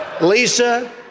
Lisa